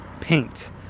paint